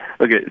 Okay